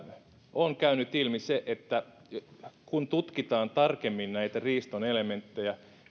on käynyt ilmi kun tutkitaan tarkemmin näitä riiston elementtejä